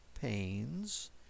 pains